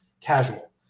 casual